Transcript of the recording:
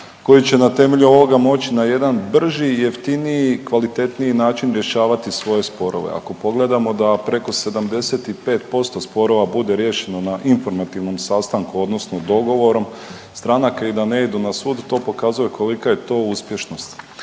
koji će na temelju ovoga moći na jedan brži i jeftiniji i kvalitetniji način rješavati svoje sporove. Ako pogledamo da preko 75% sporova bude riješeno na informativnom sastanku, odnosno dogovorom stranaka i da ne idu na sud to pokazuje kolika je to uspješnost.